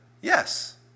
Yes